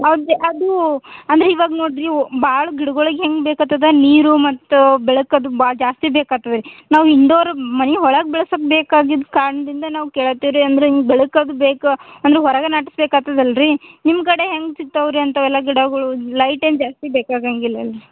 ಹೌದು ಅದು ಅಂದರೆ ಇವಾಗ ನೋಡಿರಿ ಭಾಳ್ ಗಿಡಗಳಿಗೆ ಹೇಗ್ ಬೇಕಾಗ್ತದ ನೀರು ಮತ್ತು ಬೆಳಕದು ಭಾಳ್ ಜಾಸ್ತಿ ಬೇಕಾಗ್ತದೆ ನಾವು ಇಂಡೋರ್ ಮನೆ ಒಳಗೆ ಬೆಳ್ಸೋಕ್ ಬೇಕಾಗಿದ್ದು ಕಾರಣದಿಂದ ನಾವು ಕೇಳುತ್ತೇವ್ ರೀ ಅಂದ್ರೆ ಹೀಗ್ ಬೆಳಕದು ಬೇಕು ಅಂದ್ರೆ ಹೊರಗೆ ನಡ್ಸಬೇಕಾತದಲ್ ರೀ ನಿಮ್ಮ ಕಡೆ ಹೇಗ್ ಸಿಕ್ತವೆ ರೀ ಅಂಥವೆಲ್ಲ ಗಿಡಗಳು ಲೈಟೇನು ಜಾಸ್ತಿ ಬೇಕಾಗೊಂಗಿಲ್ಲಲ್ಲ